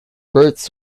berths